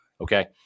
Okay